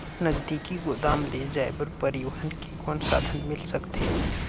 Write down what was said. नजदीकी गोदाम ले जाय बर परिवहन के कौन साधन मिल सकथे?